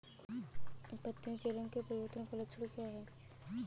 पत्तियों के रंग परिवर्तन का लक्षण क्या है?